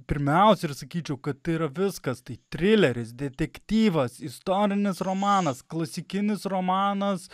pirmiausia ir sakyčiau kad ir viskas tai trileris detektyvas istorinis romanas klasikinis romanas